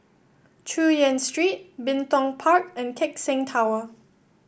Chu Yen Street Bin Tong Park and Keck Seng Tower